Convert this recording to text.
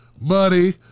money